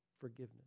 forgiveness